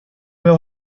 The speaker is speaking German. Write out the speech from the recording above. mir